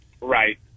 Right